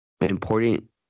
important